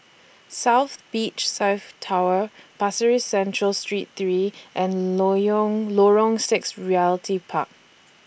South Beach South Tower Pasir Ris Central Street three and Lorong six Realty Park